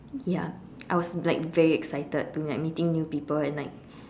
yeah I was like very excited to like meeting new people and like